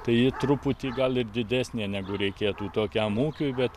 tai ji truputį gal ir didesnė negu reikėtų tokiam ūkiui bet